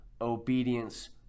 obedience